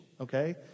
okay